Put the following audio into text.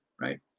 right